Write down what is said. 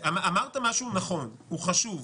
אמרת משהו נכון וחשוב.